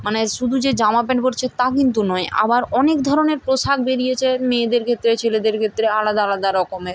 মানে শুধু যে জামা প্যান্ট পরছে তা কিন্তু নয় আবার অনেক ধরনের পোশাক বেরিয়েছে মেয়েদের ক্ষেত্রে ছেলেদের ক্ষেত্রে আলাদা আলাদা রকমের